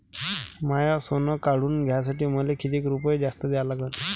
माय सोनं काढून घ्यासाठी मले कितीक रुपये जास्त द्या लागन?